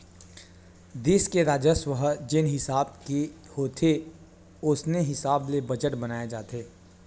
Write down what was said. देस के राजस्व ह जेन हिसाब के होथे ओसने हिसाब ले बजट बनाए जाथे